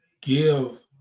give